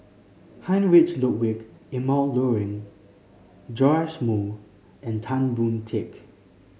Heinrich Ludwig Emil Luering Joash Moo and Tan Boon Teik